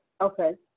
Okay